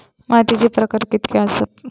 मातीचे प्रकार कितके आसत?